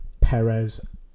Perez